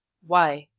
why?